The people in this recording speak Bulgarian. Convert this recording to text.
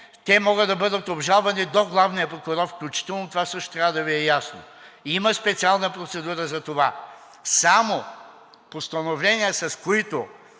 те могат да бъдат обжалвани до главния прокурор, включително. Това също трябва да Ви е ясно. Има специална процедура за това. Само постановления, в които